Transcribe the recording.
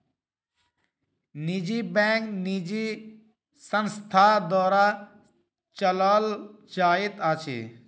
निजी बैंक निजी संस्था द्वारा चलौल जाइत अछि